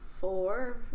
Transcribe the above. four